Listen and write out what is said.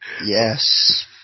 Yes